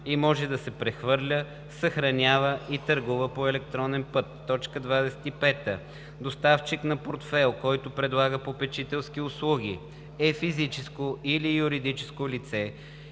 и може да се прехвърля, съхранява и търгува по електронен път. 25. „Доставчик на портфейл, който предлага попечителски услуги“ е физическо или юридическо лице